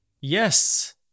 Yes